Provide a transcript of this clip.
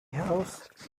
house